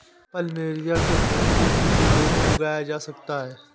plumeria के फूलों को सीधी धूप में उगाया जा सकता है